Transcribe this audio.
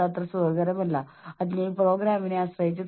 അത് എന്റെ വ്യക്തിപരമായ തോന്നൽ ആണ്